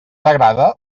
agrada